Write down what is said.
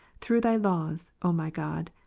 through thy laws, o my god,